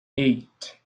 eight